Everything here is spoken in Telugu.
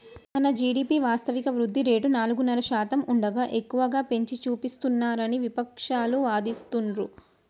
మన జీ.డి.పి వాస్తవిక వృద్ధి రేటు నాలుగున్నర శాతం ఉండగా ఎక్కువగా పెంచి చూపిస్తున్నారని విపక్షాలు వాదిస్తుండ్రు